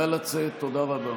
נא לצאת, תודה רבה.